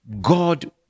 God